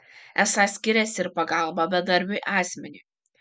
esą skiriasi ir pagalba bedarbiui asmeniui